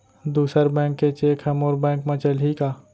दूसर बैंक के चेक ह मोर बैंक म चलही का?